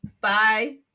Bye